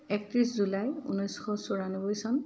একত্ৰিছ জুলাই ঊনৈছ চৌৰান্নব্বৈ চন